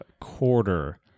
quarter